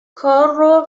کار